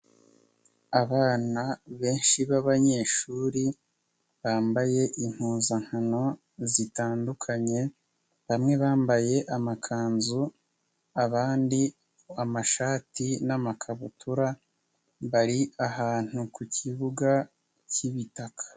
Abana benshi b'abanyeshuri bambaye impuzankano zitandukanye, bamwe bambaye amakanzu abandi amashati n'amakabutura bari ahantu ku kibuga k'ibitaka.